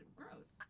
gross